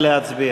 נא להצביע.